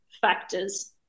factors